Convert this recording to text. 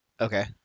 Okay